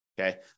Okay